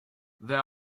there